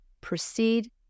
proceed